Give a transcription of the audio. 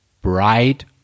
bright